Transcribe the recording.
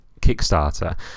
kickstarter